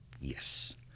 Yes